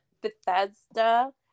Bethesda